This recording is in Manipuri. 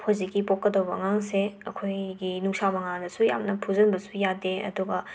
ꯍꯨꯖꯤꯛꯀꯤ ꯄꯣꯛꯀꯗꯕ ꯑꯉꯥꯡꯁꯦ ꯑꯈꯣꯏꯒꯤ ꯅꯨꯡꯁꯥ ꯃꯉꯥꯜꯗꯁꯨ ꯌꯥꯝꯅ ꯐꯨꯖꯟꯕꯁꯨ ꯌꯥꯗꯦ ꯑꯗꯨꯒ